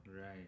Right